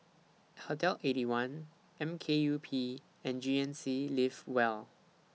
Hotel Eighty One M K U P and G N C Live Well